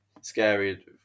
scary